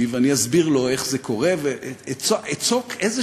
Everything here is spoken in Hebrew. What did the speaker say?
ואני אסביר לו איך זה קורה ואצוק איזה